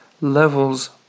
levels